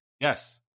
yes